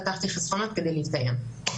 פתחתי חסכונות כדי להתקיים.